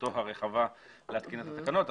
הרחבה להתקין את התקנות.